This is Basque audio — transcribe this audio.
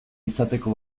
izateko